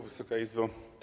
Wysoka Izbo!